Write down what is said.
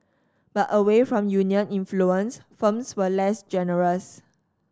but away from union influence firms were less generous